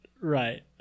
right